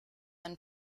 einen